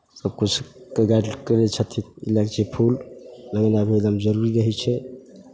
सभकिछु करै छथिन लै छै फूल लगेनाइ एकदम जरूरी रहै छै